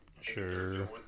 Sure